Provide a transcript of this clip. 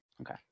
Okay